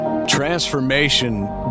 Transformation